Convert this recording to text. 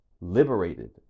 liberated